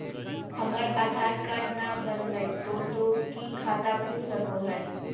हमर आधार कार्ड न बनलै तो तो की खाता खुल सको है?